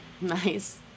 Nice